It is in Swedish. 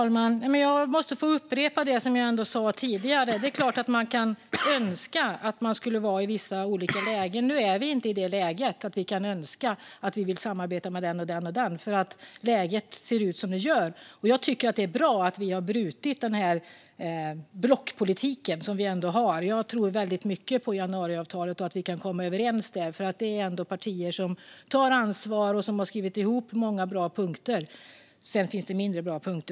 Herr talman! Jag måste få upprepa det jag sa tidigare. Det är klart att man kan önska att man skulle vara i vissa lägen. Nu är vi inte i det läget att vi kan önska att vi vill samarbeta med den eller den. Läget ser ut som det gör. Det är bra att vi har brutit blockpolitiken. Jag tror väldigt mycket på januariavtalet och att vi kan komma överens där. Det är ändå partier som tar ansvar och som har skrivit ihop många bra punkter. Sedan finns det mindre bra punkter.